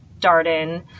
Darden